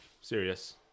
Serious